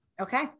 Okay